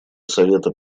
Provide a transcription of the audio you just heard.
совета